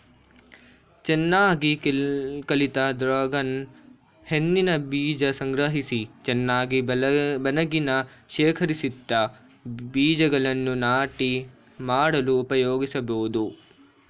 ಚೆನ್ನಾಗಿ ಕಳಿತ ಡ್ರಾಗನ್ ಹಣ್ಣಿನ ಬೀಜ ಸಂಗ್ರಹಿಸಿ ಚೆನ್ನಾಗಿ ಒಣಗಿಸಿ ಶೇಖರಿಸಿಟ್ಟ ಬೀಜಗಳನ್ನು ನಾಟಿ ಮಾಡಲು ಉಪಯೋಗಿಸ್ಬೋದು